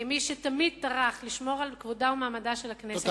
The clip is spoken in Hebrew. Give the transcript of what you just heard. כמי שתמיד טרח לשמור על כבודה ומעמדה של הכנסת.